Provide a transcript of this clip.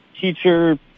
teacher